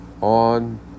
on